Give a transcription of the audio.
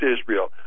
Israel